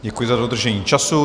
Děkuji za dodržení času.